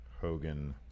Hogan